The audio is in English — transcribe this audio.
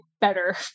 better